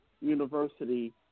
university